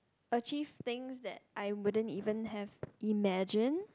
achieve things that I wouldn't even have imagine